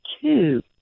two